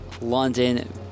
London